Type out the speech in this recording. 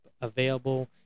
available